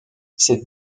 ces